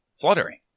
fluttering